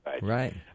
Right